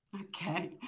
Okay